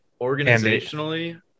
Organizationally